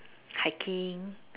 hiking